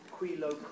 Quilo